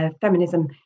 feminism